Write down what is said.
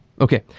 Okay